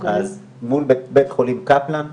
היה קול קורא להפגנה מול בית חולים קפלן ברחובות,